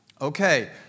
Okay